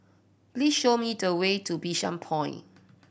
please show me the way to Bishan Point